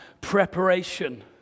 preparation